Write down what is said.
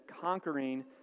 conquering